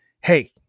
Hey